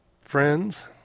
friends